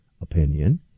opinion